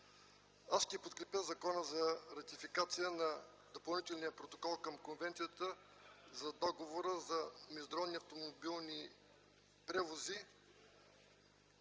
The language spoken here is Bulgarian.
Аз ще подкрепя Законопроекта за ратификация на Допълнителния протокол към Конвенцията за Договора за международен автомобилен превоз